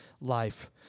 life